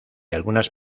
algunas